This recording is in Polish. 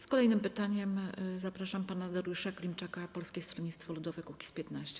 Z kolejnym pytaniem zapraszam pana Dariusza Klimczaka, Polskie Stronnictwo Ludowe - Kukiz15.